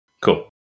Cool